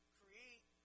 create